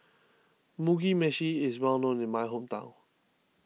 Mugi Meshi is well known in my hometown